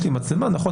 יש לי מצלמה; נכון,